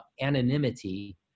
anonymity